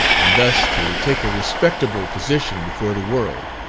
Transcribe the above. and thus to take a respectable position before the world,